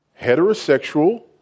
heterosexual